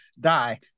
Die